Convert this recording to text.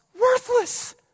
Worthless